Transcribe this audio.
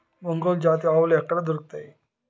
ఒంగోలు జాతి ఆవులు ఎక్కడ దొరుకుతాయి?